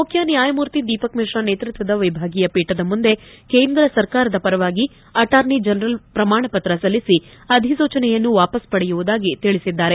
ಮುಖ್ಯ ನ್ಯಾಯಮೂರ್ತಿ ದೀಪಕ್ ಮಿಶ್ರಾ ನೇತೃತ್ವದ ವಿಭಾಗೀಯ ಪೀಠದ ಮುಂದೆ ಕೇಂದ್ರ ಸರ್ಕಾರದ ಪರವಾಗಿ ಅಟಾರ್ನಿ ಜನರಲ್ ಪ್ರಮಾಣ ಪತ್ರ ಸಲ್ಲಿಸಿ ಅಧಿಸೂಚನೆಯನ್ನು ವಾಪಸ್ ಪಡೆಯುವುದಾಗಿ ತಿಳಿಸಿದ್ದಾರೆ